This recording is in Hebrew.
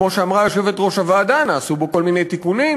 כמו שאמרה יושבת-ראש הוועדה: נעשו בו כל מיני תיקונים,